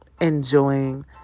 Enjoying